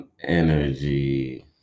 energy